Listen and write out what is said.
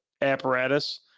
apparatus